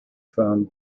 from